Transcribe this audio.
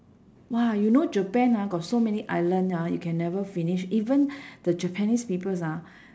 !wah! you know japan ah got so many island ah you can never finish even the japanese people ah